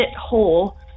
hole